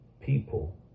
people